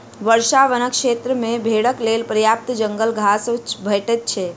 वर्षा वनक क्षेत्र मे भेड़क लेल पर्याप्त जंगल घास भेटैत छै